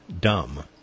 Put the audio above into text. dumb